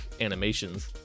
animations